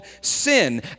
sin